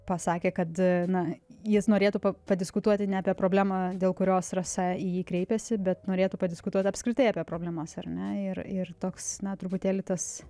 pasakė kad na jis norėtų padiskutuoti ne apie problemą dėl kurios rasa į jį kreipėsi bet norėtų padiskutuoti apskritai apie problemas ar ne ir ir toks na truputėlį tas